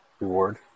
reward